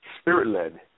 spirit-led